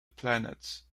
planets